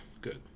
Good